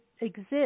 exist